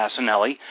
Passanelli